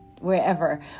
wherever